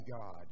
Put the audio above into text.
God